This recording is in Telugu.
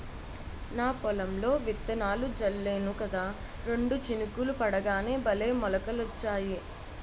నా పొలంలో విత్తనాలు జల్లేను కదా రెండు చినుకులు పడగానే భలే మొలకలొచ్చాయి